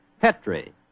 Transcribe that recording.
Petri